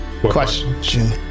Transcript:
Question